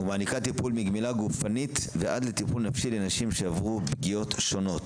טיפול מגמילה גופנית ועד לטיפול נפשי לנשים שעברו פגיעות שונות.